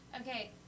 Okay